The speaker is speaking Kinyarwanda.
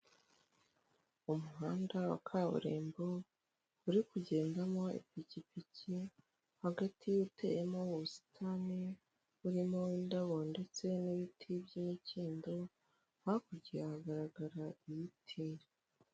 Umuhanda wa kaburimbo uri kugendamo ipikipiki hagati y'uteyemo ubusitani buririmo indabo ndetse n'ibiti by'imikindo hakurya hagaragara ibiti.